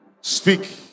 Speak